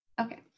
Okay